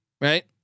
right